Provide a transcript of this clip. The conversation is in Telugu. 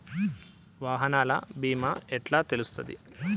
వాహనాల బీమా ఎట్ల తెలుస్తది?